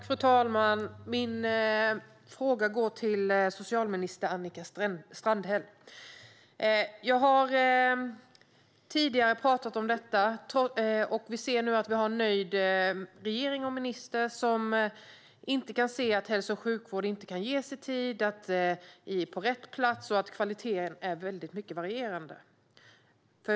Fru talman! Min fråga går till socialminister Annika Strandhäll. Jag har tidigare talat om detta, och vi har en nöjd regering och minister som inte kan se att hälso och sjukvård inte kan ges i tid på rätt plats och att kvaliteten är mycket varierande.